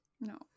No